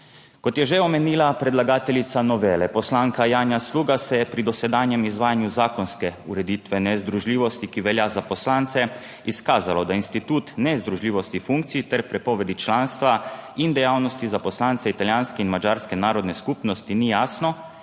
Kot je že omenila predlagateljica novele poslanka Janja Sluga, se je pri dosedanjem izvajanju zakonske ureditve nezdružljivosti, ki velja za poslance, izkazalo, da institut nezdružljivosti funkcij ter prepovedi članstva in dejavnosti za poslance italijanske in madžarske narodne skupnosti ni jasno